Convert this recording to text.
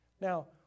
Now